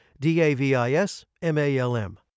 D-A-V-I-S-M-A-L-M